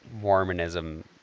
Mormonism